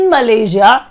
Malaysia